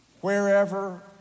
wherever